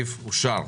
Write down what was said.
הסעיף אושר.